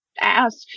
ask